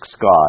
God